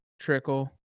trickle